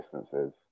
distances